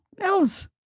else